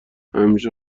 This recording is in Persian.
همیشه